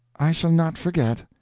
i shall not forget.